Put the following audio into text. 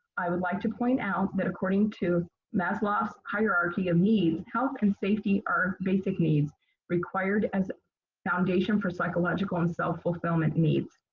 i would like to point out that according to maslov's hierarchy of needs, how can safety or basic needs required as foundation for psychological and self fulfillment needs.